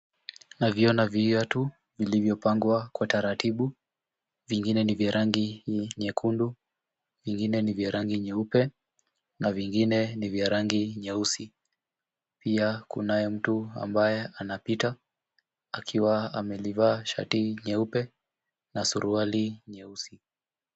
NaViona viatu vilivyopangwa kwa taratibu, vingine ni vya rangi nyekundu, vingine ni vya rangi nyeupe na vingine ni vya rangi nyeusi. Pia kunaye mtu ambaye anapita akiwa amelivaa shati nyeupe na suruali nyeusi.